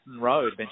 Road